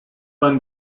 when